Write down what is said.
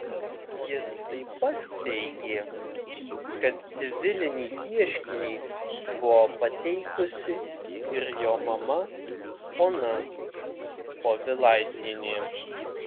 jis taip pat teigė kad civilinį ieškinį buvo pateikusi ir jo mama ona povilaitienė